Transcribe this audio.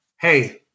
hey